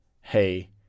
hey